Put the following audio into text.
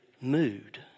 mood